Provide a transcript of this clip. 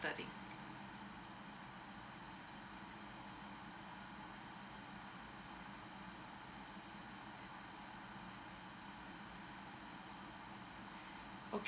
okay